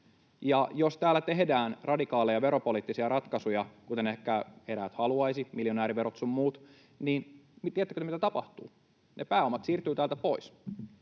Jos täällä tehdään radikaaleja veropoliittisia ratkaisuja, kuten ehkä eräät haluaisivat — miljonääriverot sun muut — niin tiedättekö te, mitä tapahtuu? Ne pääomat siirtyvät täältä pois.